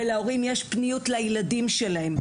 ולהורים יש פנאי לילדים שלהם.